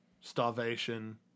Starvation